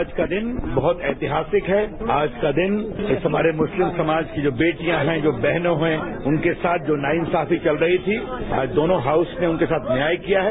आज का दिन बहुत ऐतिहासिक है आज का दिन इस हमारे मुस्लिम समाज की जो बेटियां हैं ये जो बहनें हैं उनके साथ जो नाइंसाफी चल रही थी आज दोनों हाउस ने उनके साथ न्याय किया है